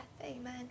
Amen